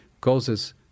causes